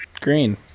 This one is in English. green